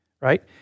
right